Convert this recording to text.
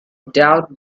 doubt